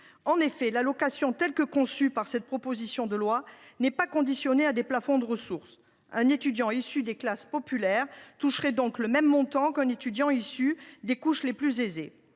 En effet, l’allocation telle que conçue par cette proposition de loi n’est pas conditionnée à des plafonds de ressources. Un étudiant issu des classes populaires toucherait ainsi le même montant qu’un étudiant issu des couches les plus aisées.